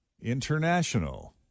International